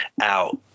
out